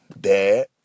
dad